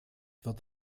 wird